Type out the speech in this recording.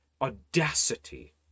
audacity